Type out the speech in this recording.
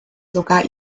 sogar